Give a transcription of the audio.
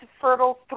fertile